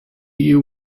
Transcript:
you